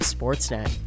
Sportsnet